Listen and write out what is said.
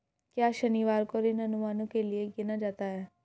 क्या शनिवार को ऋण अनुमानों के लिए गिना जाता है?